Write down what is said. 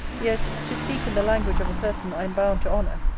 yet, to speak in the language of a person i am bound to honour,